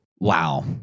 Wow